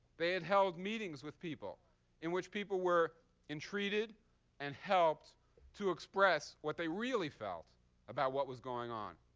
they had held meetings with people in which people were entreated and helped to express what they really felt about what was going on.